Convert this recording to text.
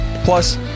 Plus